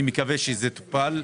אני מקווה שאכן הנושא טופל.